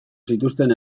zituzten